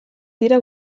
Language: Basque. dira